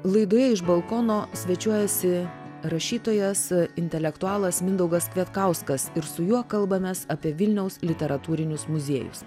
laidoje iš balkono svečiuojasi rašytojas intelektualas mindaugas kvietkauskas ir su juo kalbamės apie vilniaus literatūrinius muziejus